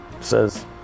says